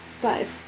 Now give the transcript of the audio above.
Five